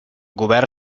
govern